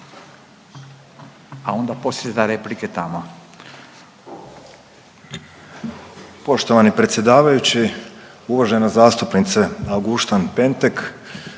a onda poslije te replike tamo.